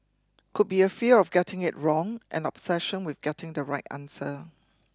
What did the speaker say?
could be a fear of getting it wrong an obsession with getting the right answer